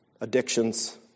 addictions